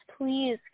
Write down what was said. please